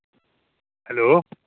hello